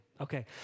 Okay